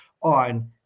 on